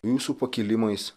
jūsų pakilimais